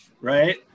right